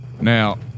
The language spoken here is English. Now